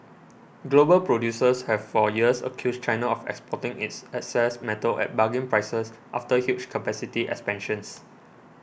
global producers have for years accused China of exporting its excess metal at bargain prices after huge capacity expansions